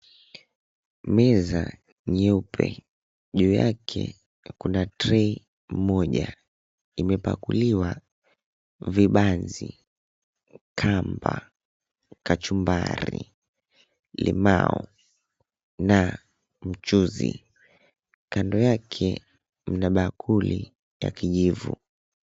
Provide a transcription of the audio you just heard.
Meza nyeupe juu yake kuna tray moja imepakuliwa vibanzi, kamba, kachumbari, limau na mchuzi. Kando yake mna bakuli ya kijivu.